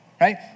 right